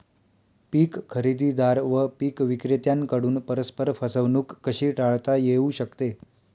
पीक खरेदीदार व पीक विक्रेत्यांकडून परस्पर फसवणूक कशी टाळता येऊ शकते?